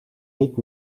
niet